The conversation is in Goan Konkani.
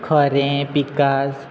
खरें पिकास